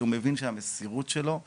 כי הוא מבין שהמסירות שלו לתפקיד,